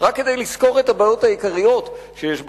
רק כדי לסקור את הבעיות העיקריות שיש בו.